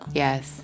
yes